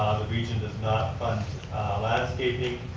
the region does not fund landscaping,